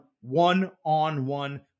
one-on-one